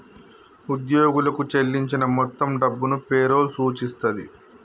ఉద్యోగులకు చెల్లించిన మొత్తం డబ్బును పే రోల్ సూచిస్తది